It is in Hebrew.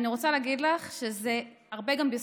אני רוצה להגיד לך שזה הרבה גם בזכותך.